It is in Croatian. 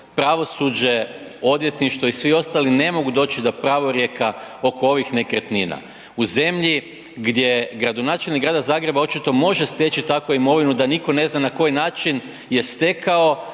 pravosuđe, odvjetništvo i svi ostali ne mogu doći do pravorijeka oko ovih nekretnina, u zemlji gdje gradonačelnik Grada Zagreba očito može steći takvu imovinu da nitko ne zna na koji način je stekao